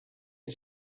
had